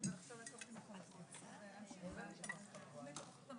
בקופה יש לנו שלושה בתי חולים שיש להם מרכזים אקוטיים קפלן,